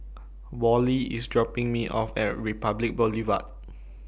Wally IS dropping Me off At Republic Boulevard